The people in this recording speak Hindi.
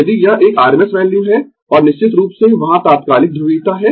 यदि यह एक rms वैल्यू है और निश्चित रूप से वहां तात्कालिक ध्रुवीयता है